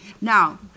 Now